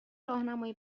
راهنمای